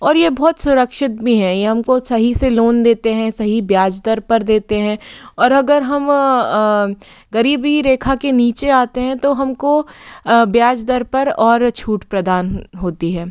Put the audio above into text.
और ये बहुत सुरक्षित भी हैं ये हमको सही से लोन देते हैं सही ब्याज दर पर देते हैं और अगर हम गरीबी रेखा के नीचे आते हैं तो हमको ब्याज दर पर और छूट प्रदान होती है